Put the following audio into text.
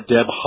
Deb